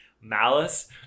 malice